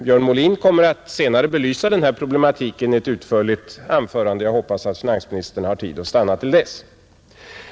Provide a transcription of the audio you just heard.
Björn Molin kommer senare att belysa den här problematiken i ett utförligt anförande. Jag hoppas att finansministern har tid att stanna till dess.